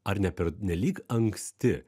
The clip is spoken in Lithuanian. ar ne pernelyg anksti